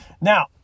Now